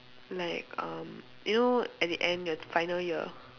like um you know at the end your final year